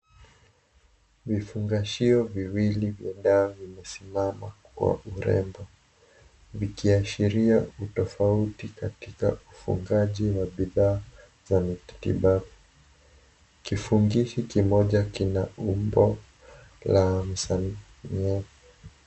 Vifungashio viwili vya dawa vimesimama kwa urembo vikiashiria utofauti katika ufugaji wa bidhaa za matibabu. Kifungishi kimoja kina umbo la msanii.